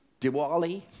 Diwali